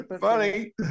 funny